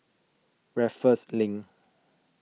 Raffles Link